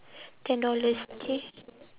ten dollars K